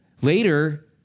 Later